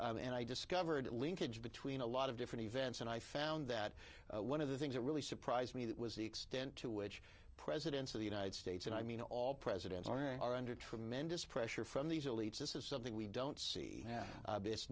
and i discovered that linkage between a lot of different events and i found that one of the things that really surprised me that was the extent to which presidents of the united states and i mean all presidents are under tremendous pressure from these elites this is something we don't see